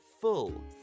full